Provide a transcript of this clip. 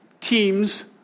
teams